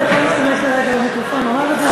אתה יכול להשתמש לרגע במיקרופון לומר את זה,